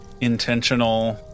intentional